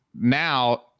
now –